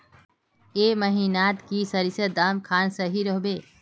ए महीनात की सरिसर दाम खान सही रोहवे?